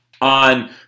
on